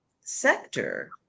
sector